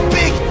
big